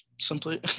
simply